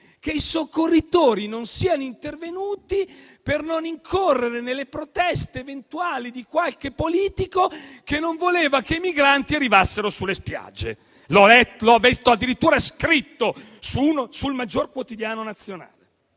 che i soccorritori non siano intervenuti per non incorrere nelle proteste eventuali di qualche politico che non voleva che i migranti arrivassero sulle spiagge; l'ho visto addirittura scritto sul maggiore quotidiano nazionale.